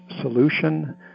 solution